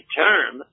term